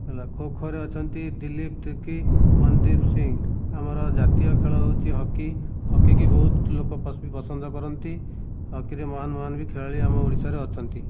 ହେଲା ଖୋଖୋରେ ଅଛନ୍ତି ଦିଲ୍ଲୀପ ତିର୍କି ମନଦୀପ ସିଂ ଆମର ଜାତୀୟ ଖେଳ ହେଉଛି ହକି ହକି କି ବହୁତ ଲୋକ ପସନ୍ଦ କରନ୍ତି ହକିରେ ମହାନ ମହାନ ବି ଖେଳାଳି ଆମ ଓଡ଼ିଶାରେ ଅଛନ୍ତି